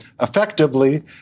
Effectively